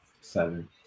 seven